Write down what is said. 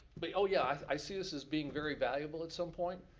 but oh yeah, i see this as being very valuable at some point.